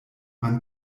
man